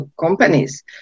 companies